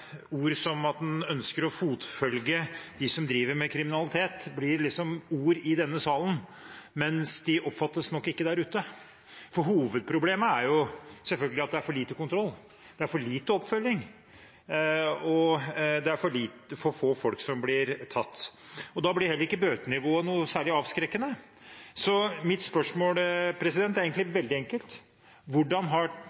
ord i denne salen, mens det nok ikke oppfattes der ute. Hovedproblemet er selvfølgelig at det er for lite kontroll, det er for lite oppfølging, og det er for få folk som blir tatt. Da blir heller ikke bøtenivået særlig avskrekkende. Mitt spørsmål er egentlig